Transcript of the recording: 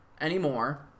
anymore